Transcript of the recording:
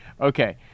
Okay